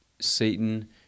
Satan